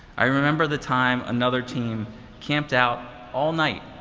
i remember the time another team camped out all night